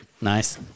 nice